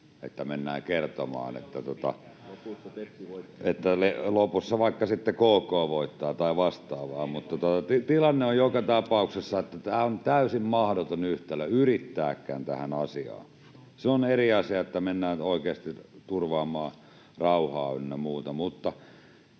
että mennään kertomaan, että lopussa vaikka sitten KK voittaa tai vastaavaa. Tilanne on joka tapauksessa se, että tämä on täysin mahdoton yhtälö yrittääkään tähän asiaan. Se on eri asia, että mennään oikeasti turvaamaan rauhaa ynnä muuta.